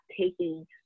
taking